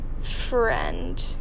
friend